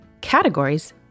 categories